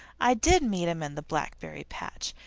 i did meet him in the blackberry patch.